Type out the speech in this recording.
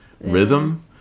rhythm